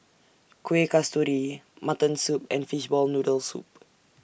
Kuih Kasturi Mutton Soup and Fishball Noodle Soup